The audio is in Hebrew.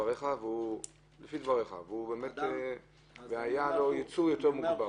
לפי דבריך, והיה לו ייצור מוגבר?